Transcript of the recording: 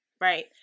right